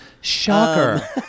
Shocker